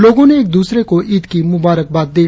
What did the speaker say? लोगों ने एक दूसरे को ईद की मुबारकबाद दी